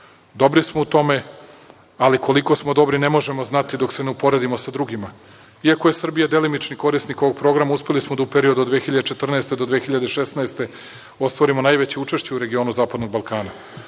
Dobri smo u tome, ali koliko smo dobri ne možemo znati dok se ne uporedimo sa drugima. Iako je Srbija delimični korisnik ovog programa, uspeli smo da u periodu od 2014. do 2016. godine ostvarimo najveće učešće u regionu zapadnog Balkana.